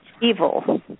evil